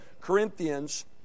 Corinthians